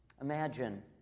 imagine